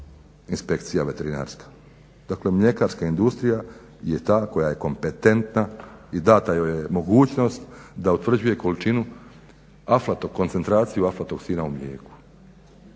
inspekcija veterinarska. Dakle, mljekarska industrija je ta koja je kompetentna i dana joj je mogućnost da utvrđuje količinu, koncentraciju aflatoksina u mlijeku.